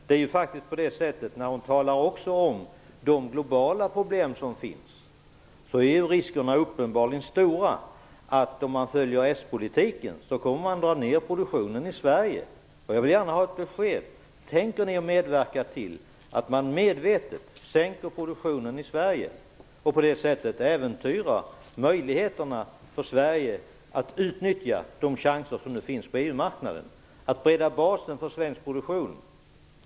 Maggi Mikaelsson talar också om de globala problem som finns. Riskerna är uppenbarligen stora att om man följer den socialdemokratiska politiken kommer man att dra ner produktionen i Sverige. Jag vill gärna ha ett besked. Tänker Vänsterpartiet medverka till att man medvetet sänker produktionen i Sverige och på det sättet äventyrar möjligheterna för Sverige att utnyttja de chanser som nu finns på EU marknaden att bredda basen för svensk produktion?